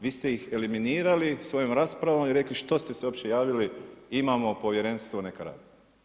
Vi ste ih eliminirali svojom raspravu i rekli što ste se uopće javili, imamo povjerenstvo, neka radi.